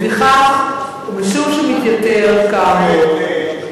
לפיכך, ומשום שמתייתר כאמור,